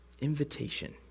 invitation